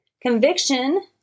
Conviction